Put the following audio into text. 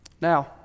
Now